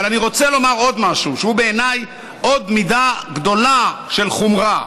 אבל אני רוצה לומר עוד משהו שיש בו בעיניי עוד מידה גדולה של חומרה.